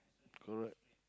correct